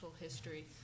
history